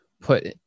put